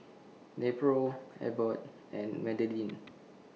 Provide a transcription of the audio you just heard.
Nepro Abbott and Betadine